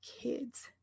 kids